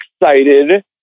excited